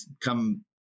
come